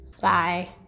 Bye